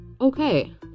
Okay